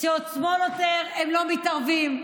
לצערי, כשהשמאל עותר, הם לא מתערבים.